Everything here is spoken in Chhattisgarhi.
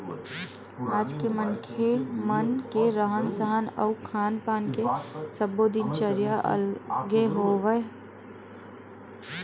आज के मनखे मन के रहन सहन अउ खान पान के सब्बो दिनचरया अलगे होवत हवय